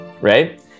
right